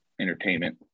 entertainment